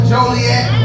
Joliet